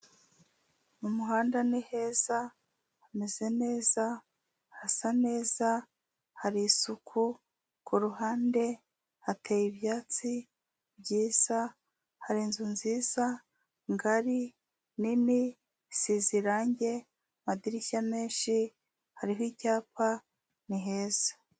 Mu muhanda ni heza, hameze neza, hasa neza, hari isuku, ku ruhande hateye ibyatsi byiza, hari inzu nziza, ngari, nini, isize irangi, amadirishya menshi, hariho icyapa, ni heza.